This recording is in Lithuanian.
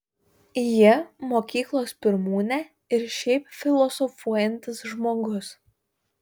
ji mokyklos pirmūnė ir šiaip filosofuojantis žmogus